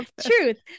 truth